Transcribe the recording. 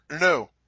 No